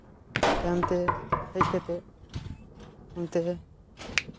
ᱛᱟᱭᱚᱢ ᱛᱮ ᱦᱮᱡ ᱠᱟᱛᱮᱫ ᱢᱮᱱᱛᱮ